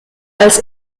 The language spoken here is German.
als